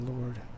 Lord